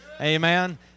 Amen